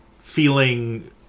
feeling